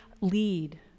lead